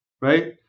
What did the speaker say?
Right